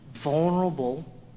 vulnerable